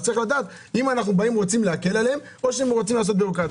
השאלה אם רוצים להקל עליהן או לעשות בירוקרטיה.